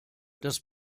das